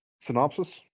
synopsis